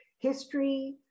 history